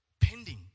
Pending